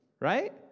right